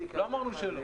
לא אמרנו שלא.